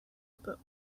but